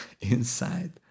inside